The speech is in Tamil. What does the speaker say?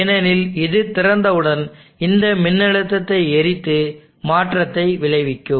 ஏனெனில் இது திறந்தவுடன் இந்த மின்னழுத்தத்தை எரித்து மாற்றத்தை விளைவிக்கும்